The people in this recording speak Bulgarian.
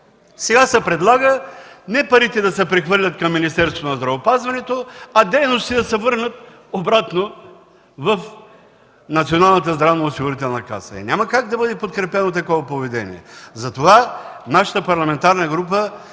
сега се предлага не парите да се прехвърлят към Министерството на здравеопазването, а дейности да се върнат обратно в Националната здравноосигурителна каса. Няма как да бъде подкрепено такова поведение. Нашата парламентарна група